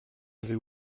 avez